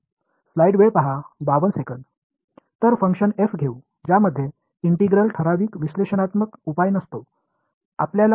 எனவே function F ஐ எடுத்துக்கொள்வோம் அதனுடைய இன்டெக்ரலுக்கு பகுப்பாய்வு தீர்வு இல்லை